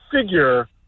figure